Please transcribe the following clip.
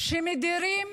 שמדירות